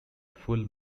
full